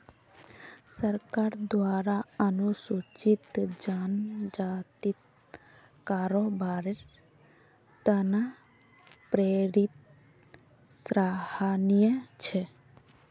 सरकारेर द्वारा अनुसूचित जनजातिक कारोबारेर त न प्रेरित सराहनीय छ